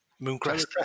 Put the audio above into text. Mooncrest